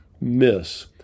miss